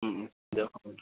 দিয়ক হ'ব